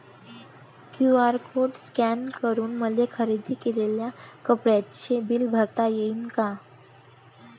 QR code scan करून मले खरेदी केलेल्या कापडाचे बिल भरता यीन का?